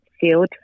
field